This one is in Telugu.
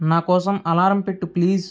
నా కోసం అలారం పెట్టు ప్లీజ్